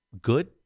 good